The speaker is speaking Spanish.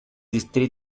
este